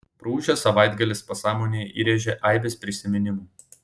praūžęs savaitgalis pasąmonėje įrėžė aibes prisiminimų